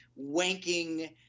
wanking